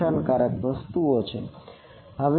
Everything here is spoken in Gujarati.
નુકસાનકારક વસ્તુ છે